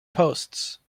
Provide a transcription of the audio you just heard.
posts